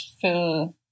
fill